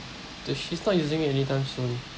d~ she's not using it any time soon